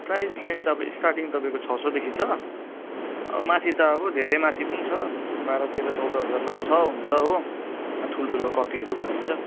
price range अब starting तपाईँको छ सयदेखि छ माथि त अब धेरै माथि पनि छ बाह्र तेह्र चौध हजार पनि छ हुनु त हो ठुल्ठुलो कपीहरू भनिन्छ